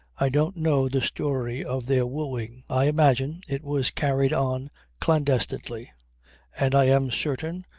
i don't know the story of their wooing. i imagine it was carried on clandestinely and, i am certain,